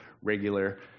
regular